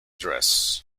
dress